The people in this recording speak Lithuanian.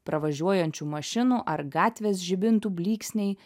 pravažiuojančių mašinų ar gatvės žibintų blyksniai